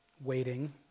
Waiting